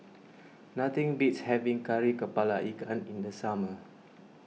nothing beats having Kari Kepala Ikan in the summer